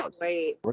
wait